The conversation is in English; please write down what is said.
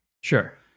sure